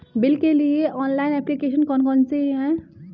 Bill के लिए online application कौन कौन सी हैं?